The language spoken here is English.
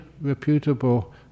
reputable